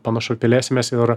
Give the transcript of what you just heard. panašu plėsimės ir